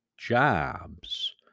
Jobs